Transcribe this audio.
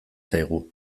zaigu